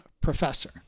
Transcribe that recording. professor